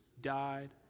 died